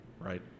Right